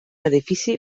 edifici